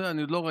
שלחתי